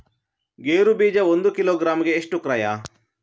ಗೇರು ಬೀಜ ಒಂದು ಕಿಲೋಗ್ರಾಂ ಗೆ ಎಷ್ಟು ಕ್ರಯ?